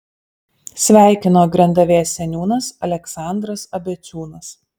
sveikino grendavės seniūnas aleksandras abeciūnas